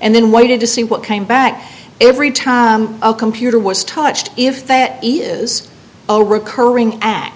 and then waited to see what came back every time a computer was touched if that is a recurring act